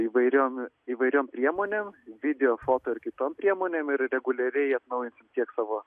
įvairiom įvairiom priemonėm video foto ir kitom priemonėm ir reguliariai atnaujinsim tiek savo